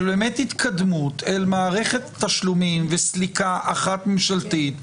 של התקדמות אל מערכת תשלומים וסליקה אחת ממשלתית,